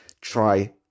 try